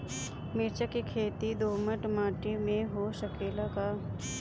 मिर्चा के खेती दोमट माटी में हो सकेला का?